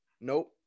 Nope